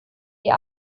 die